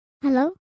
Hello